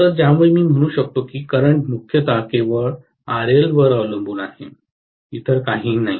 तर ज्यामुळे मी म्हणू शकतो की करंट मुख्यत केवळ RL वर अवलंबून आहे इतर काहीही नाही